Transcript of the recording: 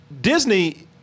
Disney